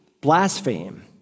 blaspheme